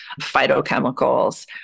phytochemicals